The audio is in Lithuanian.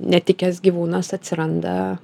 netikęs gyvūnas atsiranda